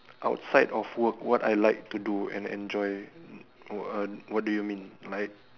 outside of work what I like to do and enjoy oh uh what do you mean like